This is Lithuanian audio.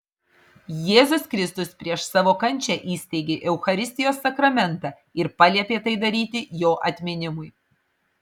jėzus kristus prieš savo kančią įsteigė eucharistijos sakramentą ir paliepė tai daryti jo atminimui